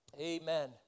Amen